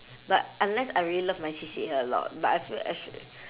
but unless I really love my C_C_A a lot but I feel act~